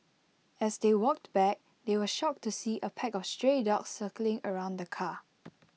as they walked back they were shocked to see A pack of stray dogs circling around the car